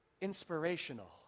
inspirational